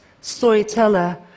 storyteller